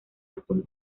atún